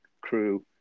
crew